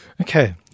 Okay